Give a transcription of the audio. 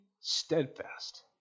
steadfast